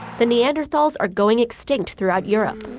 the neanderthals are going extinct throughout europe.